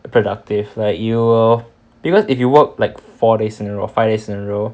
productive like you will because if you work like four days in a row or five days in a row